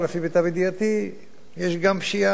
יש גם פשיעה שמתנהלת וכו' וכו',